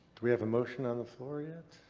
do we have a motion on the floor yet?